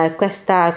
questa